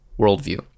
worldview